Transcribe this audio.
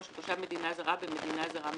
של תושב מדינה זרה במדינה זרה מסוימת,